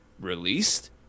released